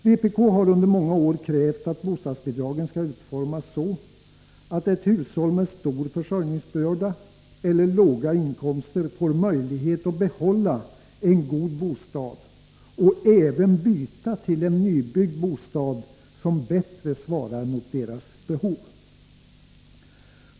Vpk har under många år krävt att bostadsbidragen skall utformas så, att ett hushåll med stor försörjningsbörda eller låga inkomster får möjlighet att behålla en god bostad och även byta till en nybyggd bostad som bättre svarar mot dess behov.